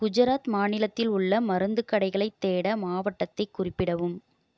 குஜராத் மாநிலத்தில் உள்ள மருந்துக் கடைகளைத் தேட மாவட்டத்தைக் குறிப்பிடவும்